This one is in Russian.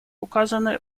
указаны